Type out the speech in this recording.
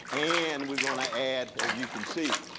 and we're going to add, as you can see,